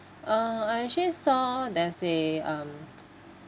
uh I actually saw there's a um